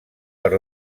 per